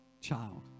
child